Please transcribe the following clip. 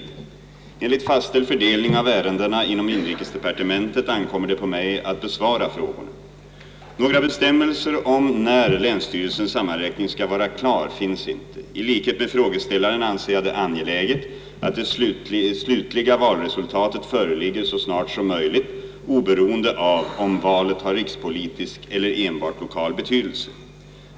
Enligt fastställd fördelning av ärendena inom inrikesdepartementet ankommer det på mig att besvara frågorna. Några bestämmelser om när länsstyrelsens sammanräkning skall vara klar finns inte. I likhet med frågeställaren anser jag det angeläget, att det slutliga valresultatet föreligger så snart som möjligt, oberoende av om valet har rikspolitisk eller enbart lokal betydelse.